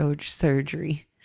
surgery